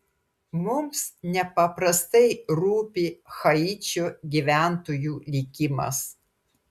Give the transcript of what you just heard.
mums nepaprastai rūpi haičio gyventojų likimas